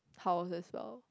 houses lor